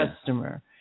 customer